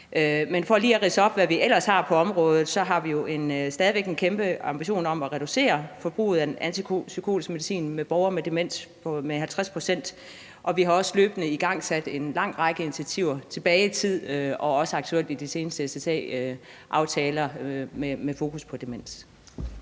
Men for lige at ridse op, hvad vi ellers gør på området, kan jeg sige, at vi jo stadig væk har en stor ambition om at reducere forbruget af antipsykotisk medicin hos borgere med demens med 50 pct. Vi har også tilbage i tiden løbende igangsat en lang række initiativer og har også aktuelt gjort det i de seneste SSA-aftaler med fokus på demens.